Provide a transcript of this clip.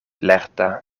lerta